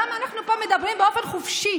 למה אנחנו מדברים פה באופן חופשי?